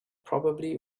probably